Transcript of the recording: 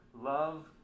Love